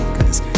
Cause